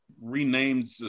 renamed